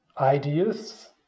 ideas